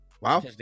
Wow